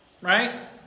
right